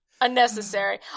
Unnecessary